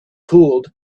cooled